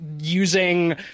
using